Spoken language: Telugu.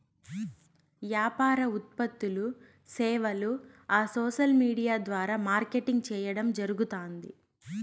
యాపార ఉత్పత్తులూ, సేవలూ ఆ సోసల్ విూడియా ద్వారా మార్కెటింగ్ చేయడం జరగుతాంది